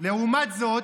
לעומת זאת,